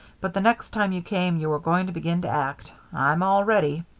but the next time you came you were going to begin to act. i'm all ready.